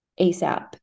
ASAP